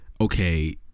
okay